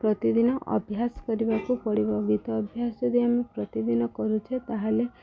ପ୍ରତିଦିନ ଅଭ୍ୟାସ କରିବାକୁ ପଡ଼ିବ ଗୀତ ଅଭ୍ୟାସ ଯଦି ଆମେ ପ୍ରତିଦିନ କରୁଛେ ତାହେଲେ